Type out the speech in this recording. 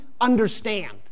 understand